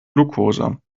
glukose